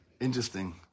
Interesting